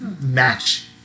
match